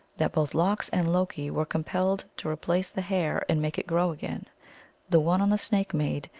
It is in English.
that both lox and loki were compelled to replace the hair and make it grow again the one on the snake-maid,